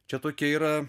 čia tokia yra